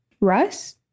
Russ